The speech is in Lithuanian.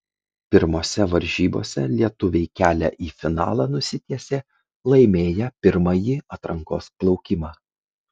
pirmose varžybose lietuviai kelią į finalą nusitiesė laimėję pirmąjį atrankos plaukimą